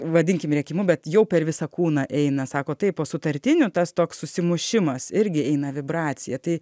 vadinkim rėkimu bet jau per visą kūną eina sako taip o sutartinių tas toks susimušimas irgi eina vibracija tai